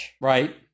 right